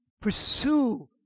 pursue